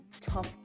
Top